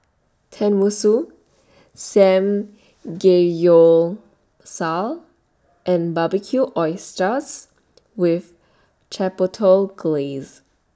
Tenmusu Samgeyopsal and Barbecued Oysters with Chipotle Glaze